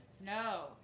No